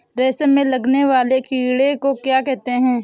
रेशम में लगने वाले कीड़े को क्या कहते हैं?